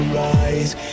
rise